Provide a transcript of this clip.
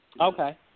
Okay